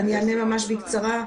אענה בקצרה.